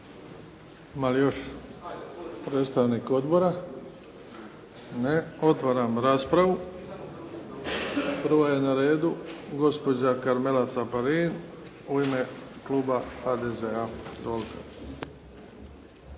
Ima li još predstavnika odbora? Ne. Otvaram raspravu. Prva je na redu gospođa Karmela Caparin u ime kluba HDZ-a.